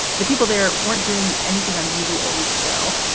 the people there weren't doing anything unusual a week ago.